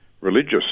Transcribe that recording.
religious